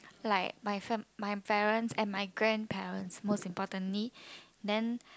like my family my parents my grandparents most importantly then